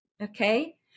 okay